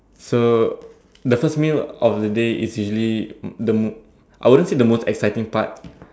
so the first meal of the day is usually the I wouldn't say the most exciting part